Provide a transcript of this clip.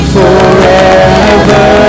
forever